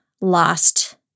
lost